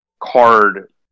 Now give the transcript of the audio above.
card